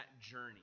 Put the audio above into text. journey